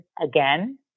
again